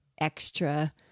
extra